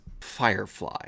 firefly